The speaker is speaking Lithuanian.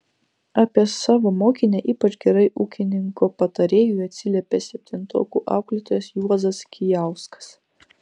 apie savo mokinę ypač gerai ūkininko patarėjui atsiliepė septintokų auklėtojas juozas kijauskas